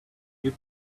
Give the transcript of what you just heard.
you